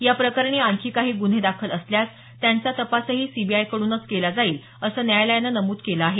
या प्रकरणी आणखी काही गुन्हे दाखल असल्यास त्यांचा तपासही सीबीआयकडूनच केला जाईल असं न्यायालयानं नमूद केलं आहे